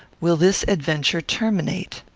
will this adventure terminate?